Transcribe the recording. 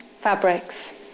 fabrics